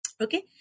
Okay